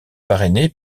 parrainé